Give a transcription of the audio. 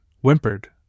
whimpered